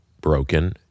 broken